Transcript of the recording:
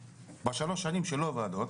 בשלוש השנים שלא היו ועדות,